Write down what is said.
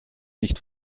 nicht